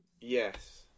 yes